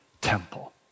temple